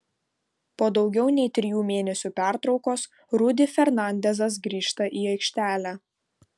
po daugiau nei trijų mėnesių pertraukos rudy fernandezas grįžta į aikštelę